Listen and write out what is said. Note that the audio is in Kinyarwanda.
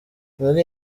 yari